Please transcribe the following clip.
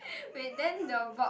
wait then the vote